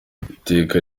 iteka